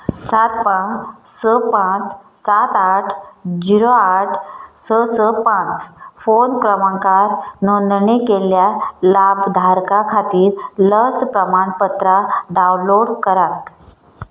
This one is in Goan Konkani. सात पांच स पांच सात आठ झिरो आठ स स पांच फोन क्रमांकार नोंदणी केल्ल्या लाभधारका खातीर लस प्रमाणपत्रां डावनलोड करात